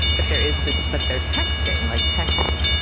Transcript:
but there is this but there's texting like text.